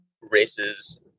races